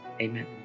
amen